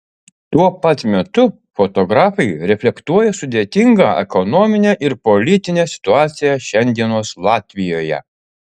tuo pat metu fotografai reflektuoja sudėtingą ekonominę ir politinę situaciją šiandienos latvijoje